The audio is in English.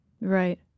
Right